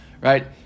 right